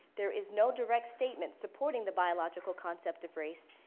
there is no direct statement supporting the biological concept of race,